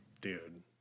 Dude